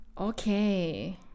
Okay